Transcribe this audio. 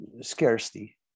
scarcity